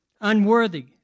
unworthy